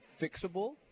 fixable